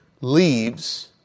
leaves